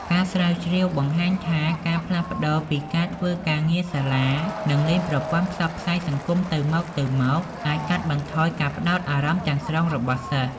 ការស្រាវជ្រាវបង្ហាញថាការផ្លាស់ប្តូរពីការធ្វើការងារសាលា និងលេងប្រព័ន្ធផ្សព្វផ្សាយសង្គមទៅមកៗ អាចកាត់បន្ថយការផ្តោតអារម្មណ៍ទាំងស្រុងរបស់សិស្ស។